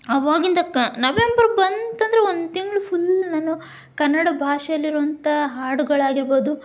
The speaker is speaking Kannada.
ಆವಾಗಿಂದ ಕ ನವೆಂಬರ್ ಬಂತಂದರೆ ಒಂದು ತಿಂಗಳು ಫುಲ್ಲು ನಾನು ಕನ್ನಡ ಭಾಷೇಲಿರುವಂಥ ಹಾಡುಗಳಾಗಿರ್ಬೋದು